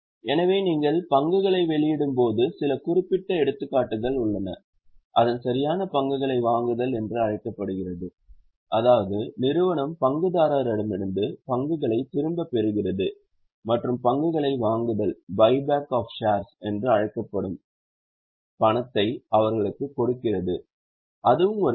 எனவே நீங்கள் பங்குகளை வெளியிடும் போது சில குறிப்பிட்ட எடுத்துக்காட்டுகள் உள்ளன அதன் சரியான பங்குகளை வாங்குதல் என்று அழைக்கப்படுகிறது அதாவது நிறுவனம் பங்குதாரரிடமிருந்து பங்குகளைத் திரும்பப் பெறுகிறது மற்றும் பங்குகளை வாங்குதல் என்று அழைக்கப்படும் பணத்தை அவர்களுக்குக் கொடுக்கிறது அதுவும் ஒரு நிதி